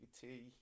tea